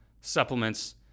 supplements